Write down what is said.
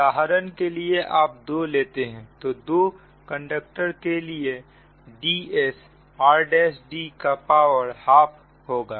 उदाहरण के लिए यदि आप 2 लेते हैं तो 2 कंडक्टर के लिए Ds r'd का पावर ½ होगा